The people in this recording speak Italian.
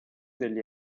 degli